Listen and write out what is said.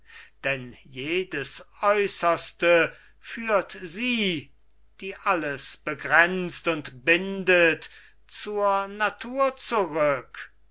denn jedes äußerste führt sie die alles begrenzt und bindet zur natur zurück